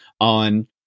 on